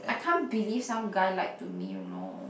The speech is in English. I can't believe some guy lied to me you know